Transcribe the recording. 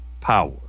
power